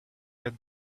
had